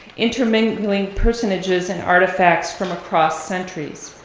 intermingling personages and artifacts from across centuries.